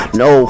no